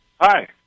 Hi